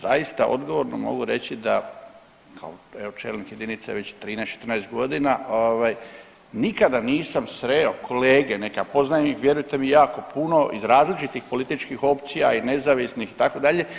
Zaista odgovorno mogu reći da kao evo čelnik jedinice već 13, 14 godina nikada nisam sreo kolege neke poznajem vjerujte mi jako puno iz različitih političkih opcija i nezavisnih itd.